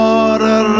Water